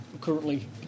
currently